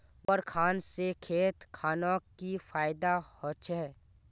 गोबर खान से खेत खानोक की फायदा होछै?